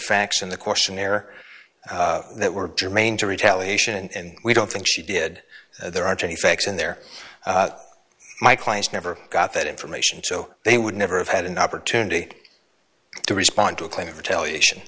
facts in the questionnaire that were germane to retaliation and we don't think she did there aren't any facts in there my clients never got that information so they would never have had an opportunity to respond to a claim of retaliation